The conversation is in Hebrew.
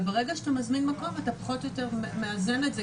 רק מה שיקרה זה שהתשובה שלהן תהיה מתארכת קצת יותר.